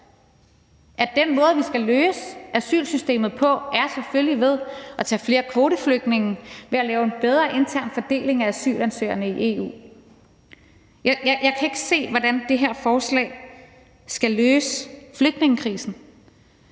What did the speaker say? at den måde, vi skal løse asylsystemets problemer på, selvfølgelig er ved at tage flere kvoteflygtninge og ved at lave en bedre intern fordeling af asylansøgerne i EU. Jeg kan ikke se, hvordan det her forslag skal løse flygtningekrisen.